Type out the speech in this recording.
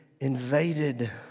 invaded